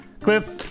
Cliff